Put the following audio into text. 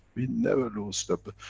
we never loose the. but